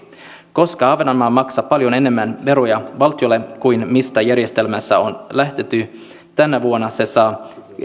koska ahvenanmaa maksaa paljon enemmän veroja valtiolle kuin mistä järjestelmässä on lähdetty tänä vuonna se saa